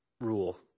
rule